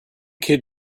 kid